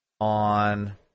on